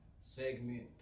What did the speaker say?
segment